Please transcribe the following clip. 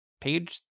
page